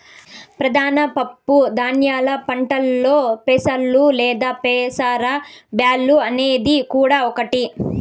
ప్రధాన పప్పు ధాన్యాల పంటలలో పెసలు లేదా పెసర బ్యాల్లు అనేది కూడా ఒకటి